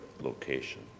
location